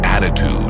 Attitude